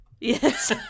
Yes